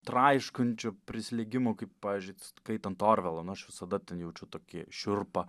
traiškančio prislėgimo kaip pavyzdžiui skaitant orvela nu aš visada jaučiu tokį šiurpą